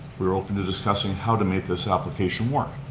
we are open to discussing how to make this application work.